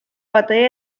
batalla